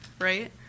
right